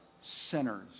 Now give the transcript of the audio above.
sinners